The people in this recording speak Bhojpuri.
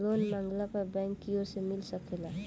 लोन मांगला पर बैंक कियोर से मिल सकेला